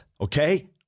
okay